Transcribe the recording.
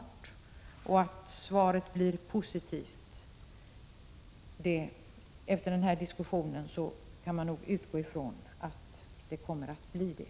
Det är också angeläget att beskedet blir positivt, och efter den här diskussionen kan man säkert utgå ifrån att så blir fallet.